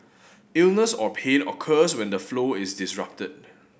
illness or pain occurs when the flow is disrupted